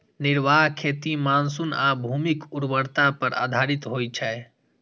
निर्वाह खेती मानसून आ भूमिक उर्वरता पर आधारित होइ छै